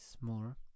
more